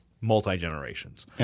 multi-generations